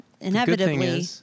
inevitably